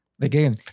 Again